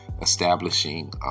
establishing